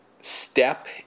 step